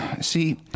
See